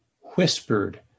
whispered